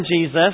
Jesus